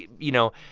you know,